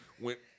went